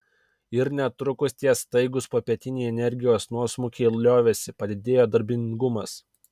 ir netrukus tie staigūs popietiniai energijos nuosmukiai liovėsi padidėjo darbingumas